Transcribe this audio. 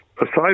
Aside